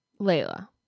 Layla